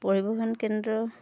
পৰিবহন কেন্দ্ৰ